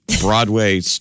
Broadway